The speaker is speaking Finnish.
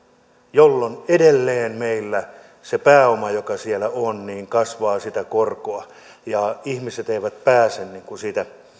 jolloin edelleen meillä se pääoma joka siellä on kasvaa korkoa ja ihmiset eivät pääse siitä